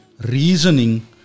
reasoning